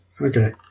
Okay